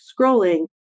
scrolling